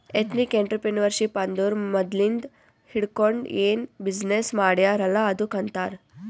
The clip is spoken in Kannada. ಎಥ್ನಿಕ್ ಎಂಟ್ರರ್ಪ್ರಿನರ್ಶಿಪ್ ಅಂದುರ್ ಮದ್ಲಿಂದ್ ಹಿಡ್ಕೊಂಡ್ ಏನ್ ಬಿಸಿನ್ನೆಸ್ ಮಾಡ್ಯಾರ್ ಅಲ್ಲ ಅದ್ದುಕ್ ಆಂತಾರ್